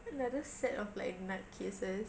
another set of like nut cases